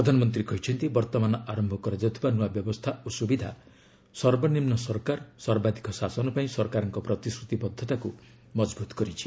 ପ୍ରଧାନମନ୍ତ୍ରୀ କହିଛନ୍ତି ବର୍ତ୍ତମାନ ଆରମ୍ଭ କରାଯାଉଥିବା ନୂଆ ବ୍ୟବସ୍ଥା ଓ ସୁବିଧା ସର୍ବନିମ୍ବ ସରକାର ସର୍ବାଧିକ ଶାସନ ପାଇଁ ସରକାରଙ୍କ ପ୍ରତିଶ୍ରତିବଦ୍ଧତାକୁ ମକ୍ତବୃତ କରିଛି